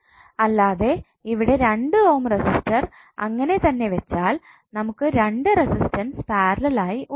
അല്ലാതെ ഇവിടെ 2 ohm resistor അങ്ങനെ തന്നെ വെച്ചാൽ നമുക്ക് 2 റെസിസ്റ്റൻസ് പാരലൽ ആയി ഉണ്ടാകും